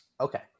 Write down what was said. Okay